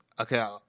okay